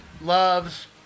loves